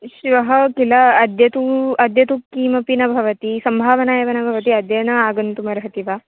श्वः किल अद्य तु अद्य तु किमपि न भवति सम्भावना एव न भवति अद्य न आगन्तुमर्हति वा